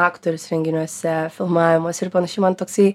aktorius renginiuose filmavimuose ir panašiai man toksai